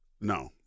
no